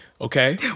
Okay